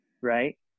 right